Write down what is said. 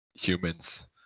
humans